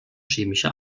chemische